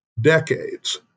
decades